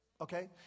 Okay